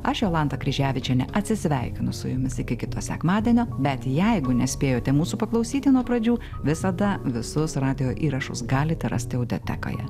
aš jolanta kryževičienė atsisveikinu su jumis iki kito sekmadienio bet jeigu nespėjote mūsų paklausyti nuo pradžių visada visus radijo įrašus galite rasti audiotekoje